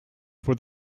for